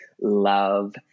love